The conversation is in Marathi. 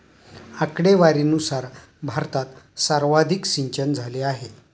आकडेवारीनुसार भारतात सर्वाधिक सिंचनझाले आहे